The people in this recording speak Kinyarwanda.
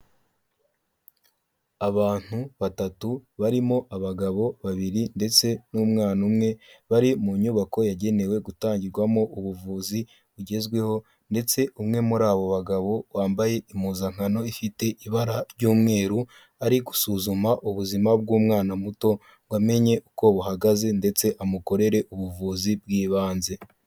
Abantu batatu barimo abagabo babiri ndetse n'umwana umwe, bari mu nyubako yagenewe gutangirwamo ubuvuzi bugezweho ndetse umwe muri abo bagabo wambaye impuzankano ifite ibara ry'umweru ari gusuzuma ubuzima bw'umwana muto ngo amenye uko buhagaze ndetse amukorere ubuvuzi bw'ibanze.